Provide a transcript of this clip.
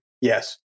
yes